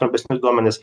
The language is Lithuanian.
trumpesnius duomenis